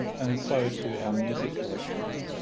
and so to our music collections.